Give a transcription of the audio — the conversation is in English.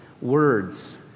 words